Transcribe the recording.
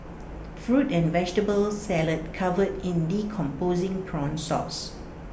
fruit and vegetable salad covered in decomposing prawn sauce